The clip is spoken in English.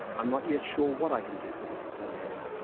i'm not yet sure what i can do for this poor man,